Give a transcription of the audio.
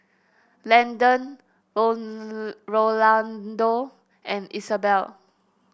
Landen Rolando and Isabell